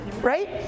Right